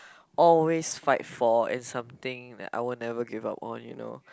always fight for and something that I will never give up on you know